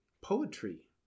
poetry